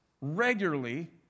regularly